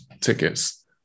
tickets